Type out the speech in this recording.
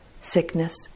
sickness